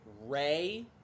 Ray